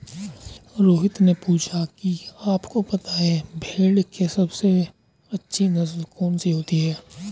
रोहित ने पूछा कि आप को पता है भेड़ की सबसे अच्छी नस्ल कौन सी होती है?